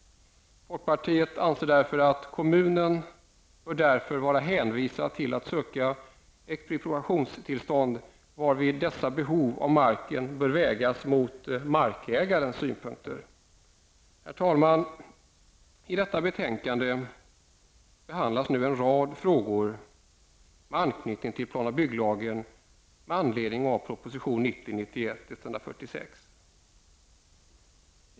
Folkpartiet anser därför att kommunen bör vara hänvisad till att ansöka om expropriationstillstånd varvid dess behov av marken bör vägas mot markägarens synpunkter. Herr talman! I detta betänkande behandlas en rad frågor med anknytning till plan och bygglagen med anledning av proposition 1990/91:146.